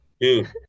Dude